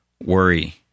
Worry